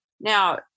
Now